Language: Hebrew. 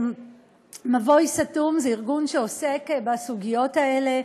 "מבוי סתום" זה ארגון שעוסק בסוגיות האלה,